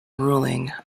ruling